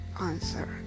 answer